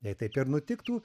jei taip ir nutiktų